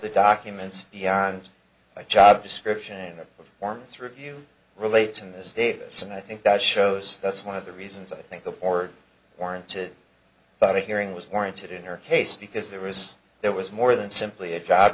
the documents beyond my job description in a performance review relates in this davis and i think that shows that's one of the reasons i think the board warranted but a hearing was warranted in her case because there is there was more than simply a job